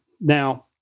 Now